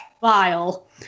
vile